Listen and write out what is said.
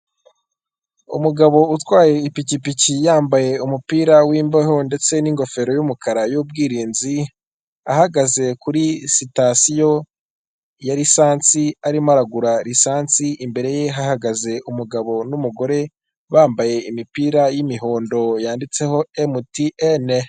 Umugabo utwaye ipikipiki yambaye umupira wimbeho ndetse n'ingofero y'umukara y'ubwirinzi, ahagaze kuri sitasiyo ya lisansi arimo aragura lisansi imbere ye hahagaze umugabo n'umugore bambaye imipira y'imihondo yanditseho emutiyeni.